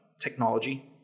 technology